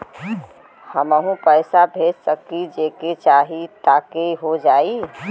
हमहू पैसा भेज सकीला जेके चाही तोके ई हो जाई?